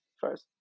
first